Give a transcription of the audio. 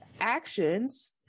actions